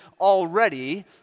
already